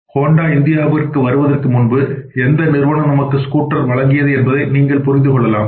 Honda இந்தியாவுக்கு வருவதற்கு முன்பு எந்த நிறுவனம் நமக்கு ஸ்கூட்டரை வழங்கியது என்பதை நீங்கள் புரிந்து கொள்ளலாம்